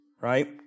right